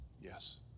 yes